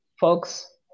folks